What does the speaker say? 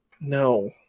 No